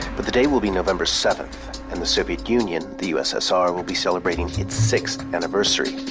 but the day will be november seven and the soviet union, the ussr will be celebrating its sixth anniversary,